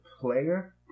player